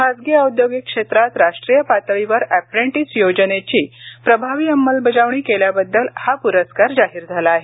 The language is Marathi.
खासगी औद्योगिक क्षेत्रात राष्ट्रीय पातळीवर एप्रेंटीस योजनेची प्रभावी अंमलबजावणी केल्याबद्दल हा पुरस्कार जाहीर झाला आहे